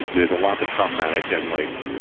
there's a lot that's problematic, and like